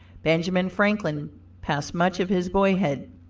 benjamin franklin passed much of his boyhood.